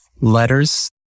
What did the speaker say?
letters